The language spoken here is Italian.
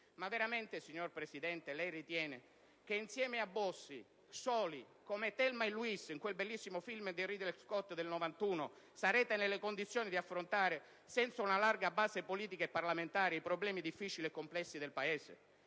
Ma veramente, signor Presidente, lei ritiene che insieme a Bossi, soli come Thelma e Louise in quel bellissimo film del 1991 diretto da Ridley Scott, sarete nelle condizioni di affrontare senza una larga base politica e parlamentare i problemi difficili e complessi del Paese?